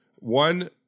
One